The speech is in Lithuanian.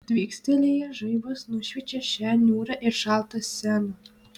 tvykstelėjęs žaibas nušviečia šią niūrią ir šaltą sceną